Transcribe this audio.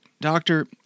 doctor